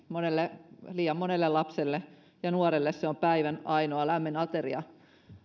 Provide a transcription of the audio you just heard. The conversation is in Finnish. liian monelle lapselle ja nuorelle se on päivän ainoa lämmin ateria